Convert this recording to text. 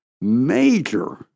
major